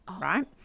right